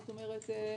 זאת אומרת,